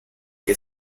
que